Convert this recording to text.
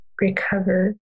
recover